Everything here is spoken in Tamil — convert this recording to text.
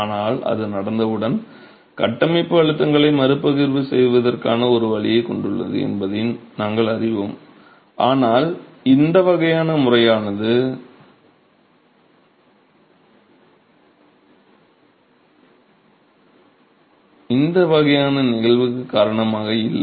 ஆனால் அது நடந்தவுடன் கட்டமைப்பு அழுத்தங்களை மறுபகிர்வு செய்வதற்கான ஒரு வழியைக் கொண்டுள்ளது என்பதை நாங்கள் அறிவோம் ஆனால் இந்த வகையான முறையானது இந்த வகையான நிகழ்வுக்கு காரணமாக இல்லை